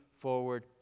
forward